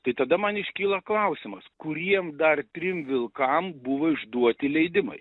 tai tada man iškyla klausimas kuriem dar trim vilkam buvo išduoti leidimai